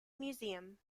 museum